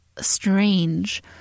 strange